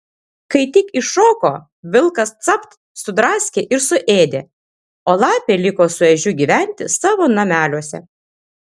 kai tik iššoko vilkas capt sudraskė ir suėdė o lapė liko su ežiu gyventi savo nameliuose